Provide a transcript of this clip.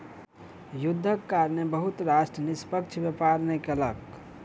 युद्धक कारणेँ बहुत राष्ट्र निष्पक्ष व्यापार नै कयलक